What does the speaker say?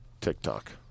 TikTok